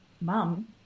mum